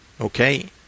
Okay